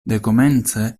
dekomence